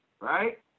right